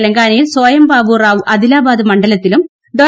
തെലങ്കാനയിൽ സോയം ബാബു റാവു അദിലാബാദ് മണ്ഡലത്തിലും ഡോ